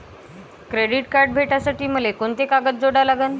Credit card भेटासाठी मले कोंते कागद जोडा लागन?